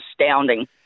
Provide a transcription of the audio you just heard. astounding